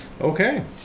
Okay